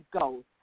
goals